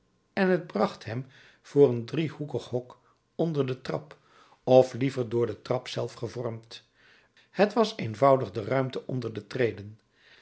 en het bracht hem voor een driehoekig hok onder de trap of liever door de trap zelf gevormd t was eenvoudig de ruimte onder de